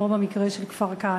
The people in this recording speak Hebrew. כמו במקרה של כפר-כנא,